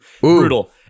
Brutal